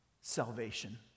salvation